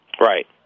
Right